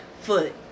foot